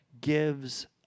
Gives